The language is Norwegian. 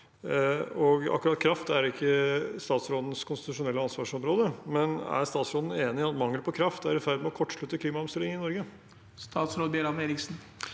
Akkurat kraft er ikke statsrådens konstitusjonelle ansvarsområde, men er statsråden enig i at mangel på kraft er i ferd med å kortslutte klimaomstillingen i Norge? Statsråd Andreas